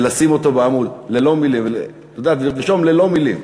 לשים אותו בעמוד ולרשום: ללא מילים,